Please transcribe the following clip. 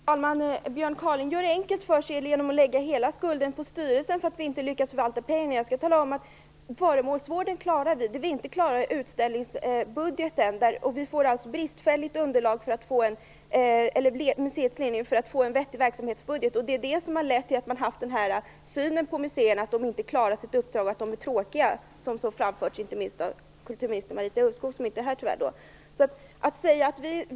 Fru talman! Björn Kaaling gör det enkelt för sig genom att lägga hela skulden på styrelsen och säga att vi inte har lyckats förvalta pengarna. Föremålsvården klarar vi, men vad vi inte klarar är utställningsbudgeten. Museets ledning får ett bristfälligt underlag när det gäller att åstadkomma en vettig verksamhetsbudget. Det har lett till synen på museerna att de inte klarar sina uppdrag och att de är tråkiga. Det har framförts inte minst av kulturminister Marita Ulvskog, som tyvärr inte är här just nu.